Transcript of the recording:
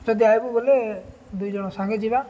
ଯଦି ଆସିବୁ ବୋଲେ ଦୁଇ ଜଣ ସାଙ୍ଗେ ଯିବା